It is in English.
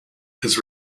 has